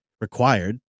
required